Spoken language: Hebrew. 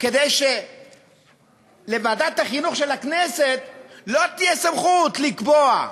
כדי שלוועדת החינוך של הכנסת לא תהיה סמכות לקבוע,